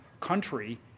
country